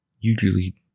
usually